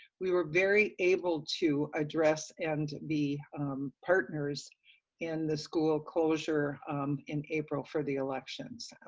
we were very able to address and be partners in the school closure in april for the elections.